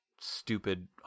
stupid